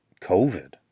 COVID